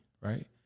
right